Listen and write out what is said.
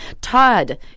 Todd